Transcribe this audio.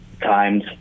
times